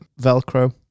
Velcro